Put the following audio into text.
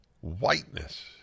whiteness